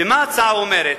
מה ההצעה אומרת?